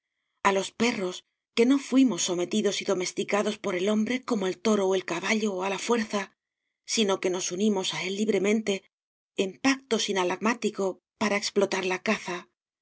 a los perros que no fuimos sometidos y domesticados por el hombre como el toro o el caballo a la fuerza sino que nos unimos a él libremente en pacto sinalagmático para explotar la caza